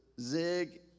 zig